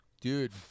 Dude